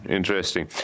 Interesting